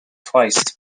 twice